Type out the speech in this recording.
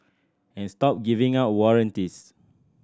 and stop giving out warranties